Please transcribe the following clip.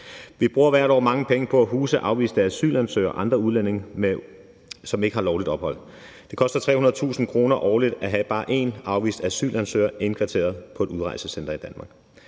Vi bruger hvert år mange penge på at huse afviste asylansøgere og andre udlændinge, som ikke har lovligt ophold. Det koster 300.000 kr. årligt at have bare én afvist asylansøger indkvarteret på et udrejsecenter i Danmark.